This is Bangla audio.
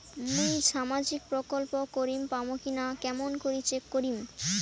মুই সামাজিক প্রকল্প করির পাম কিনা কেমন করি চেক করিম?